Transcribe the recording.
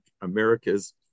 America's